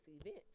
event